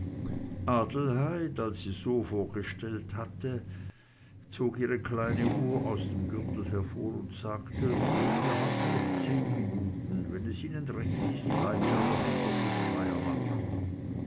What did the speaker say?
als sie so vorgestellt hatte zog ihre kleine uhr aus dem gürtel hervor und sagte wir haben noch zehn minuten wenn es ihnen recht ist bleiben wir noch in gottes freier natur